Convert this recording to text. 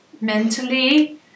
mentally